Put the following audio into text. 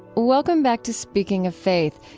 welcome back to speaking of faith,